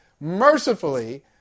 mercifully